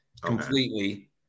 completely